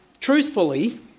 truthfully